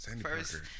First